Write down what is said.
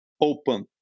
open